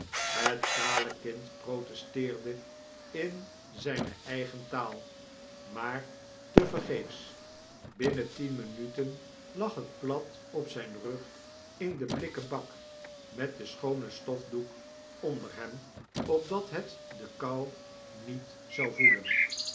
het kale kind protesteerde in zjjne eigen taal maar tevergeefs binnen tien minuten lag het plat op zyn rug in den blikken bak met den schoonen stofdoek onder hem opdat het de kou niet zou gevoelen